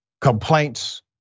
Complaints